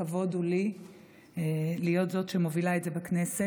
הכבוד הוא לי להיות זו שמובילה בכנסת.